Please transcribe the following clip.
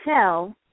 tell